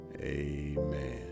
Amen